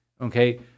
Okay